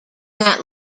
that